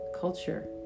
culture